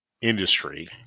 industry